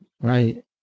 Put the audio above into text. right